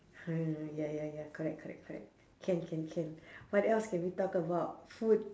ya ya ya correct correct correct can can can what else can we talk about food